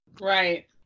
Right